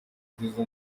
nziza